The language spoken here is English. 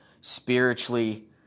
spiritually